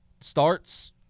starts